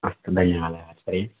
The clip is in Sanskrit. अस्तु धन्यवादः आचार्य